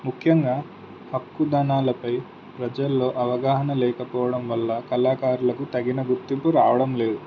ముఖ్యంగా హక్కులపై ప్రజల్లో అవగాహన లేకపోవడం వల్ల కళాకారులకు తగిన గుర్తింపు రావడం లేదు